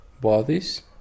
bodies